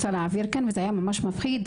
אני רוצה להעביר כאן וזה היה ממש מפחיד,